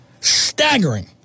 staggering